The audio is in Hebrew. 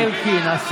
די כבר, די כבר.